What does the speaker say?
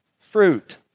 Fruit